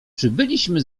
przybyliśmy